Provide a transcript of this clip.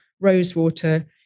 Rosewater